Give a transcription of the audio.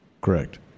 Correct